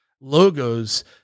logos